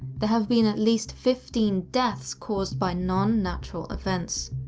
there have been at least fifteen deaths caused by non-natural events.